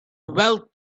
wealth